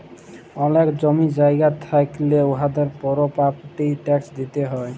অলেক জমি জায়গা থ্যাইকলে উয়াদেরকে পরপার্টি ট্যাক্স দিতে হ্যয়